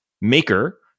maker